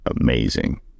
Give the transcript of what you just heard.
Amazing